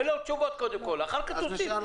תן לו תשובות קודם כל ואחר כך תוסיף.